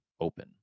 open